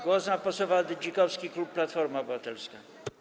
Głos ma poseł Waldy Dzikowski, klub Platforma Obywatelska.